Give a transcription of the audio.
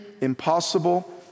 impossible